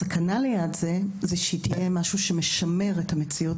הסכנה ליד זה היא שהמערכת תהיה משהו שמשמר את המציאות